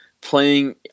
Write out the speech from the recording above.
playing